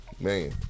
Man